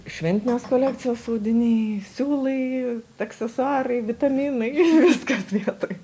šventinės kolekcijos audiniai siūlai aksesuarai vitaminai viskas vietoj